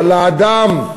אבל להד"ם,